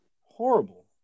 Horrible